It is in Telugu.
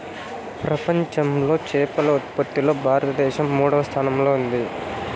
ప్రపంచంలో చేపల ఉత్పత్తిలో భారతదేశం మూడవ స్థానంలో ఉంది